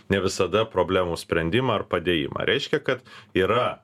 ne visada problemų sprendimą ar padėjimą reiškia kad yra